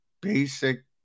basic